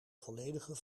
volledige